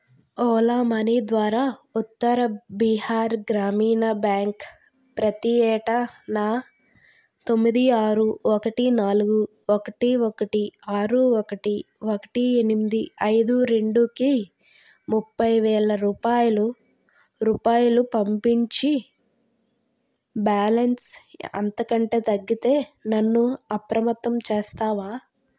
Ola money ద్వారా ఉత్తర బీహార్ గ్రామీణ బ్యాంక్ ప్రతి ఏటా నా తొమ్మిది ఆరు ఒకటి నాలుగు ఒకటి ఒకటి ఆరు ఒకటి ఒకటి ఎనమిది ఐదు రెండుకి ముప్పై వేల రూపాయలు రూపాయలు పంపించి బ్యాలన్స్ అంతకంటే తగ్గితే నన్ను అప్రమత్తం చేస్తావా